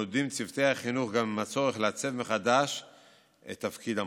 מתמודדים צוותי החינוך גם עם הצורך לעצב מחדש את תפקיד המורה.